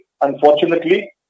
unfortunately